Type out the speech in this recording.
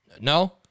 No